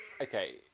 Okay